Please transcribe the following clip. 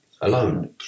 alone